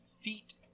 feet